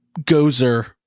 Gozer